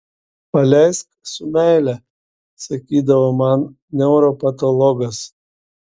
paleisk su meile sakydavo man neuropatologas